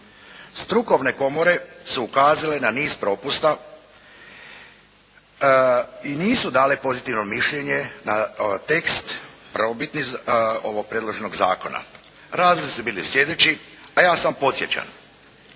Strukovne komore su ukazale na niz propusta i nisu dale pozitivno mišljenje na tekst prvobitni ovog predloženog zakona. Razlozi su bili sljedeći, a ja samo podsjećam.